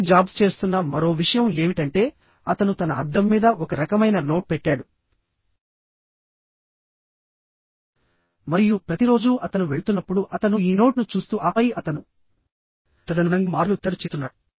Steve Jobs చేస్తున్న మరో విషయం ఏమిటంటే అతను తన అద్దం మీద ఒక రకమైన నోట్ పెట్టాడు మరియు ప్రతిరోజూ అతను వెళ్తున్నప్పుడు అతను ఈ నోట్ను చూస్తూ ఆపై అతను తదనుగుణంగా మార్పులు తయారు చేస్తున్నాడు